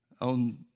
on